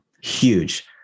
huge